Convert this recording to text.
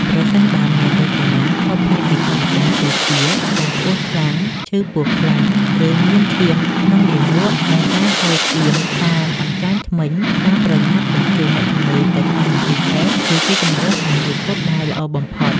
ប្រសិនបើមានរោគសញ្ញាខុសប្លែកពីធម្មតាដូចជា ការក្អួតខ្លាំង ឈឺពោះខ្លាំង ឬមានឈាមក្នុងលាមក និងការហូរឈាមតាមអញ្ចាញធ្មេញ ការប្រញាប់បញ្ជូនអ្នកជំងឺទៅកាន់មន្ទីរពេទ្យគឺជាជម្រើសតែមួយគត់ដែលល្អបំផុត។